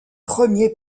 premier